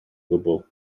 gwbl